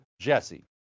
JESSE